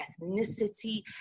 ethnicity